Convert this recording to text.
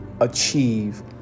achieve